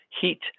heat